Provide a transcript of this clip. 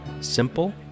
simple